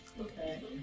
Okay